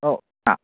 ꯑꯧ ꯀꯅꯥ